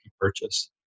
purchase